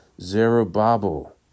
Zerubbabel